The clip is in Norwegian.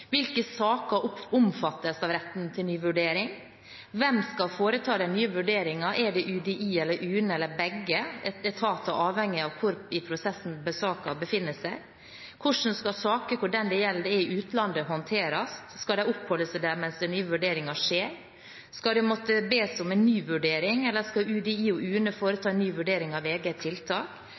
Hvilke saker omfattes av retten til ny vurdering? Hvem skal foreta den nye vurderingen? Er det UDI eller UNE eller begge etater, avhengig av hvor i prosessen saken befinner seg? Hvordan skal saker håndteres der den det gjelder, er i utlandet? Skal de oppholde seg der mens den nye vurderingen skjer? Skal det måtte bes om en ny vurdering, eller skal UDI og UNE foreta en ny vurdering av eget tiltak?